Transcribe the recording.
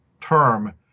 term